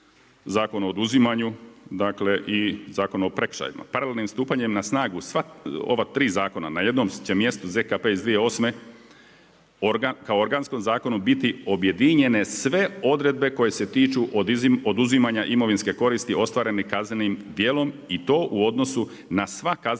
Zakon o oduzimanju, dakle i Zakon o prekršajima. Paralelnim stupanjem na snagu sva ova tri zakona na jednom će mjestu ZKP iz 2008. kao organskom zakonu biti objedinjene sve odredbe koje se tiču oduzimanja imovinske koristi ostvareni kaznenim djelom i to u odnosu na sva kaznena